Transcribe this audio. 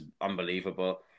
unbelievable